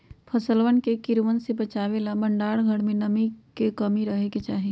फसलवन के कीड़वन से बचावे ला भंडार घर में नमी के कमी रहे के चहि